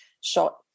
shot